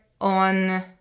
on